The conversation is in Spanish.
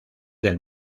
del